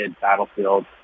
battlefield